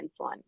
insulin